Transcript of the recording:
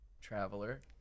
traveler